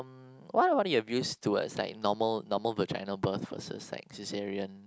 what about your views towards like normal normal vaginal birth versus like caesarean